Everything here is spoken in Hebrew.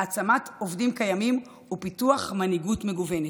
להעצמת עובדים קיימים ופיתוח מנהיגות מגוונת.